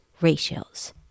ratios